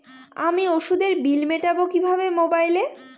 আমি ওষুধের বিল মেটাব কিভাবে মোবাইলে?